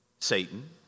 Satan